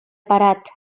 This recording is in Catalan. parat